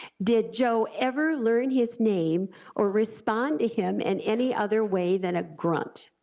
did joe ever learn his name or respond to him in any other way than a grunt.